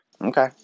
Okay